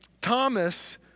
Thomas